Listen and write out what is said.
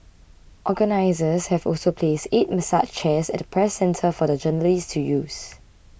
organisers have also placed eight massage chairs at the Press Centre for the journalists to use